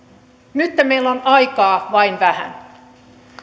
nytten meillä on aikaa vain vähän